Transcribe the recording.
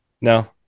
No